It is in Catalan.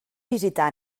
visitar